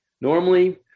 normally